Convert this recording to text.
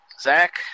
Zach